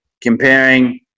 comparing